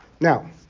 Now